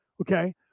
Okay